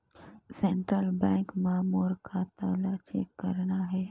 Central Bank मां मोर खाता ला चेक करना हे?